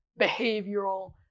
behavioral